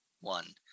one